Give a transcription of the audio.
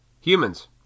humans